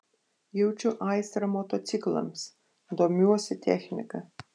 jaučiu aistrą motociklams domiuosi technika